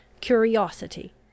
curiosity